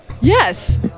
Yes